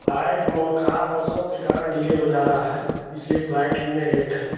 flight मो खराब मौसम के कारण डिले हो जा रहा है इसलिये फ्लाइट में लेट है